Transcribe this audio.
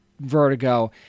Vertigo